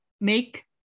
make